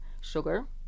sugar